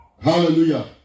hallelujah